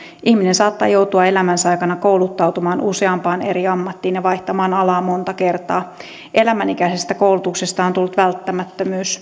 ihminen saattaa joutua elämänsä aikana kouluttautumaan useampaan eri ammattiin ja vaihtamaan alaa monta kertaa elämänikäisestä koulutuksesta on tullut välttämättömyys